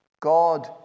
God